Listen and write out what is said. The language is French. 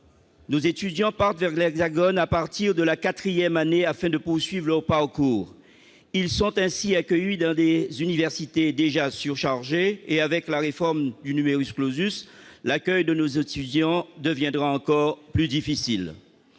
nous étudions partent vers l'Hexagone, à partir de la 4ème année afin de pots suivent le pas au cours, ils sont ainsi accueillis d'un des universités déjà surchargé et avec la réforme du numerus clausus, l'accueil de nos autres fusions deviendra encore plus difficile